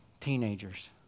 teenagers